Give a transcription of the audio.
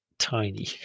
tiny